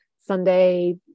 Sunday